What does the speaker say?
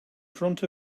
front